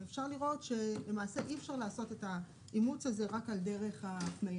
ואפשר לראות שלמעשה אי אפשר לעשות את האימוץ הזה רק על דרך ההפניה.